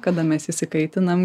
kada mes išsikaitinam